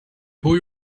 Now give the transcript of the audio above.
boy